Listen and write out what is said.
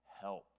help